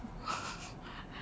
your wife